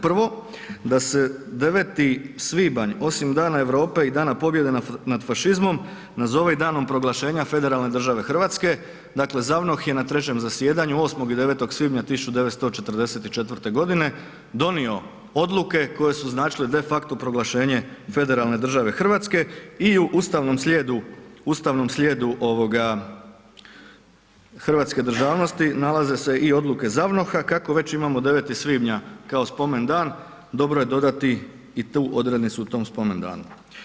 Prvo da se 9. svibnja osim Dana Europe i Dana pobjede nad fašizmom nazove i Danom proglašenja Federalne države Hrvatske, dakle ZAVNOH je na 3. zasjedanju 8. i 9. svibnja 1944. g. donio odluke koje su našle de facto proglašenje Federalne države Hrvatske i u ustavnom slijedu hrvatske državnosti nalaze se i odluke ZAVNOH-a kako već imamo 9. svibnja kao spomendan, dobro je dodati i tu odrednicu u tom spomendanu.